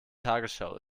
tagesschau